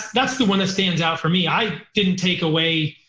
that's the one that stands out for me. i didn't take away,